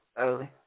early